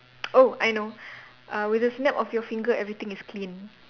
oh I know uh with a snap of your finger everything is clean